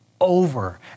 over